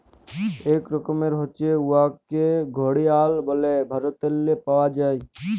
ইক রকমের হছে উয়াকে ঘড়িয়াল ব্যলে ভারতেল্লে পাউয়া যায়